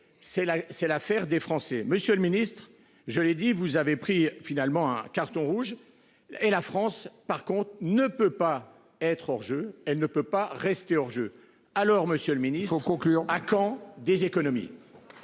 c'est l'affaire des Français, Monsieur le Ministre, je l'ai dit, vous avez pris finalement un carton rouge et la France. Par contre, on ne peut pas être hors jeu, elle ne peut pas rester hors jeu. Alors Monsieur le Ministre, faut conclure à quand des économies.